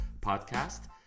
podcast